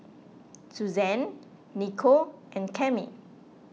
Susann Niko and Cami